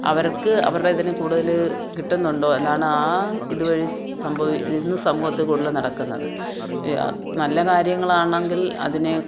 അവർക്ക് അവരുടെ ഇതിന് കൂടുതൽ കിട്ടുന്നുണ്ടോ എന്നാണ് ആ ഇതുവഴി സംഭവി ഇന്ന് സമൂഹത്തിൽ കൂടുതൽ നടക്കുന്നത് യ നല്ല കാര്യങ്ങളാണെങ്കിൽ അതിന്